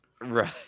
right